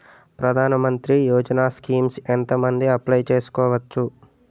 ప్రధాన మంత్రి యోజన స్కీమ్స్ ఎంత మంది అప్లయ్ చేసుకోవచ్చు?